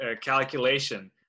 calculation